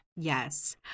yes